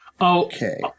Okay